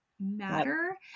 matter